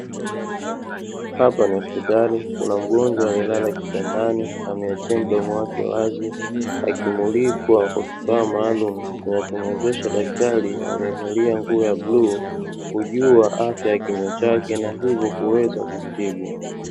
Hapa ni hospitali, kuna mgonjwa alielala kitandani, ameachia mdomo wake wazi, akimulikwa kwa kifaa maalumu kinachomwezesha daktari alievalia nguo ya bluu, kujua afya ya kinywa chake na hivyo kuweza kutibu.